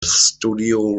studio